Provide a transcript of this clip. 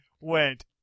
went